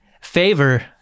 favor